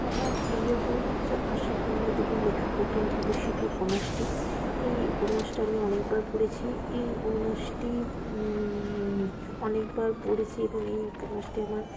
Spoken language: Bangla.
আমার প্রিয় বই হচ্ছে আশাপূর্ণা দেবীর লেখা প্রথম প্রতিশ্রুতি উপন্যাসটি এই উপন্যাসটি আমি অনেকবার পড়েছি এই উপন্যাসটি অনেকবার পড়েছি এবং এই উপন্যাসটি আমার